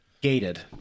gated